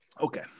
okay